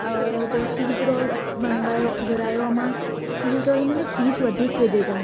और जो चीज़ रोल मन्गायो घुरायो हो मां चीज़ रोल में न चीज़ वधीक विझिजाऊं